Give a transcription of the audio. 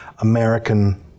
American